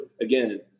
again